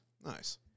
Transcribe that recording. Nice